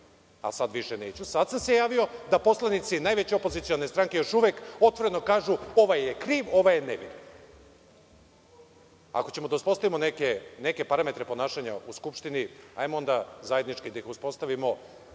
a sada više neću. Sada sam se javio da poslanici najveće opozicione stranke otvoreno kažu ovaj je kriv, a ovaj je nevin. Ako ćemo da uspostavimo neke parametre ponašanja u Skupštini, hajde onda da ih zajednički